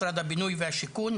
משרד הבינוי והשיכון,